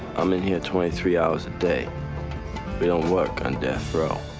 i'm in here twenty three hours a day. we don't work on death row.